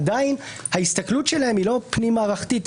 עדיין ההסתכלות שלהם היא לא פנים מערכתית,